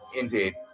Indeed